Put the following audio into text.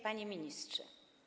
Panie Ministrze!